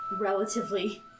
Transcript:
relatively